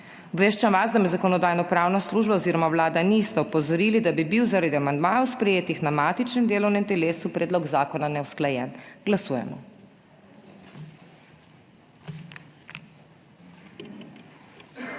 Obveščam vas, da me Zakonodajno-pravna služba oziroma Vlada nista opozorili, da bi bil zaradi amandmajev, sprejetih na matičnem delovnem telesu, predlog zakona neusklajen. Glasujemo.